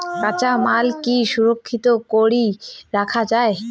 কাঁচামাল কি সংরক্ষিত করি রাখা যায়?